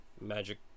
magic